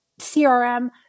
CRM